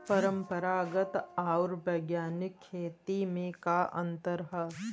परंपरागत आऊर वैज्ञानिक खेती में का अंतर ह?